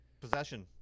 Possession